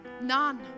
None